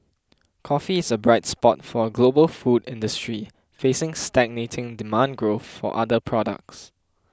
coffee is a bright spot for a global food industry facing stagnating demand growth for other products